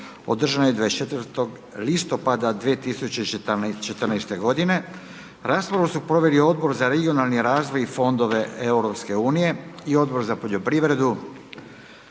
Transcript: održanoj 24. listopada 2014. godine. Raspravu su proveli Odbor za regionalni razvoj i fondove EU i Odbor za poljoprivredu.